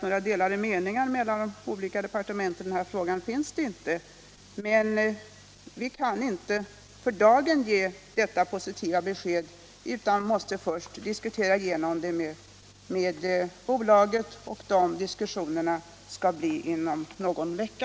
Några delade meningar mellan olika departement i den här frågan finns det inte, men vi kan inte för dagen ge ett mer konkret besked utan måste först diskutera frågan med bolaget. De diskussionerna skall äga rum inom någon vecka.